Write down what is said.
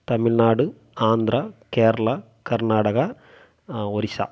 Tamil Nadu Andhra Kerala Karnataka Orissa